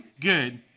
Good